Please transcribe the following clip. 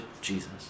Jesus